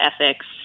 ethics